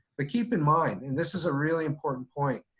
but keep in mind, and this is a really important point.